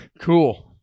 Cool